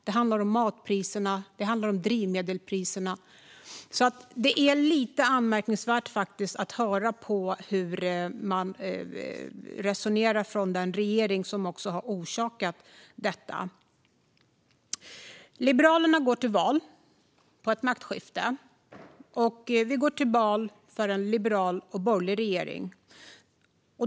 Det handlar om matpriserna. Det handlar om drivmedelspriserna. Resonemanget från den regering som orsakat detta är därför anmärkningsvärt. Liberalerna går till val på ett maktskifte. Vi går till val för en liberal och borgerlig regering.